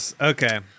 Okay